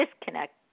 disconnect